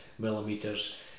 millimeters